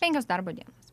penkios darbo dienos